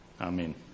Amen